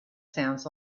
sounds